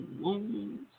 wounds